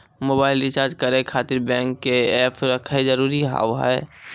Mobile recharge करे खातिर bank के ऐप रखे जरूरी हाव है?